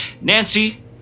Nancy